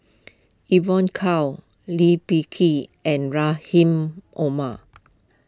Evon Kow Lee Peh Gee and Rahim Omar